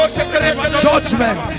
judgment